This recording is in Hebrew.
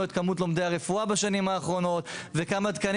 את כמות לומדי הרפואה בשנים האחרונות וכמה תקנים